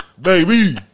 baby